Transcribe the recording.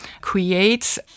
creates